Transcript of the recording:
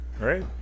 right